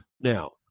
Now